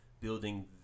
building